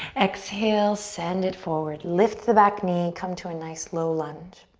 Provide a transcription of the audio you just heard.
exhale, send it forward. lift the back knee, come to a nice, low lunge.